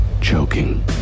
choking